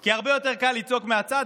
כי הרבה יותר קל לצעוק מהצד,